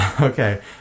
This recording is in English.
okay